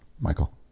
Michael